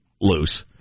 loose